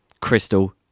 crystal